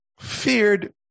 Feared